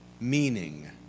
Meaning